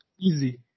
easy